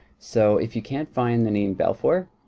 so, if you can't find the name belfour